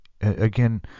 Again